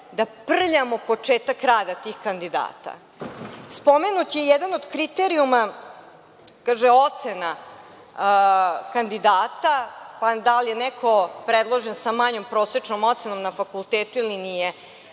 da prljamo početak rada tih kandidata. Spomenut je jedan od kriterijuma kaže – ocena kandidata, pa da li je neko predložen sa manjom prosečnom ocenom na fakultetu ili nije.